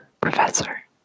Professor